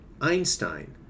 Einstein